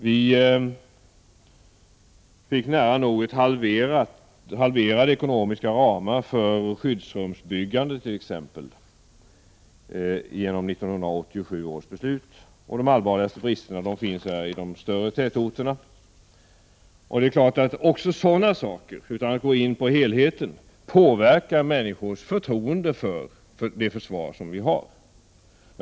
Vi fick exempelvis nära nog halverade ekonomiska ramarna när det gäller skyddsrumsbyggandet genom 1987 års beslut. De allvarligaste bristerna finns i de större tätorterna. Det är klart att även sådana saker, utan att jag här går in på helheten, påverkar människors förtroende för det försvar som vi har.